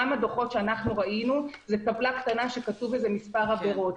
גם הדוחות שאנחנו ראינו זה טבלה קטנה שכתב מספר עבירות.